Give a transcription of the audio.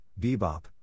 bebop